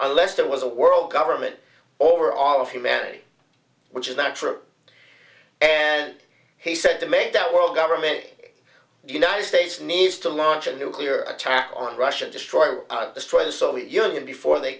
unless there was a world government over all of humanity which is not true and he said to make that world government the united states needs to launch a nuclear attack on russia destroy or destroy the soviet union before they